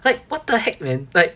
like what the heck man like